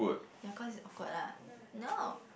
ya cause it's awkward lah no